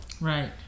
Right